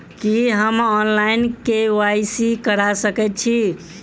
की हम online, KYC करा सकैत छी?